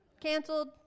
Canceled